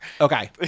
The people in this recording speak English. Okay